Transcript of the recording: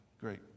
Great